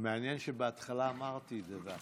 מעניין שבהתחלה אמרתי את זה.